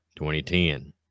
2010